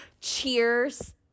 cheers